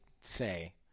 say